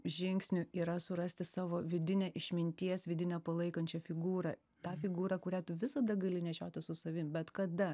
žingsnių yra surasti savo vidinę išminties vidinę palaikančią figūrą tą figūrą kurią tu visada gali nešioti su savim bet kada